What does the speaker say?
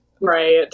right